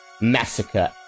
massacre